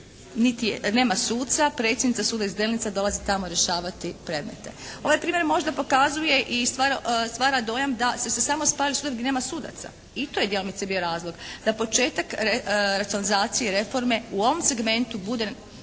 niti, nema suca. Predsjednica suda iz Delnica dolazi tamo rješavati predmete. Ovaj primjer možda pokazuje i stvara dojam da su se samo spajali sudovi gdje nema sudaca. I to je djelomice bio razlog. Da početak racionalizacije reforme u ovom segmentu bude